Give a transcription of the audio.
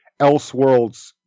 Elseworlds